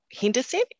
Henderson